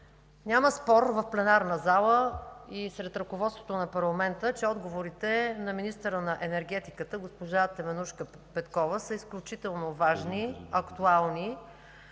Няма спор в пленарната зала и сред ръководството на парламента, че отговорите на министъра на енергетиката госпожа Теменужка Петкова са изключително важни, актуални